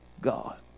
God